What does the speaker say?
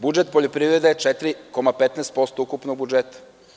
Budžet poljoprivrede je 4,15% ukupnog budžeta.